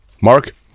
mark